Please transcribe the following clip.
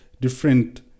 different